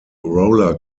roller